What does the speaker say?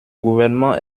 gouvernement